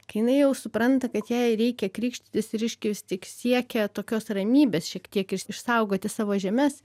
kai jinai jau supranta kad jai reikia krikštytis reiškia vis tik siekia tokios ramybės šiek tiek išsaugoti savo žemes